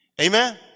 Amen